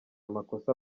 amakosa